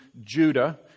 Judah